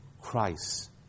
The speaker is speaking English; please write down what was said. Christ